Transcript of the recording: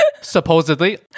supposedly